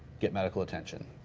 get medical attention.